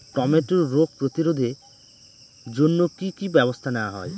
টমেটোর রোগ প্রতিরোধে জন্য কি কী ব্যবস্থা নেওয়া হয়?